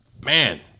man